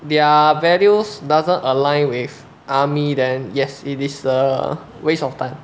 their values doesn't align with army then yes it is a waste of time